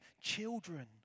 children